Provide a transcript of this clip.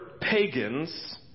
pagans